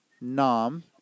Nam